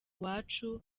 iwacu